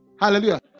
Hallelujah